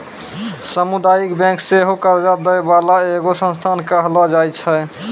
समुदायिक बैंक सेहो कर्जा दै बाला एगो संस्थान कहलो जाय छै